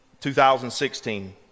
2016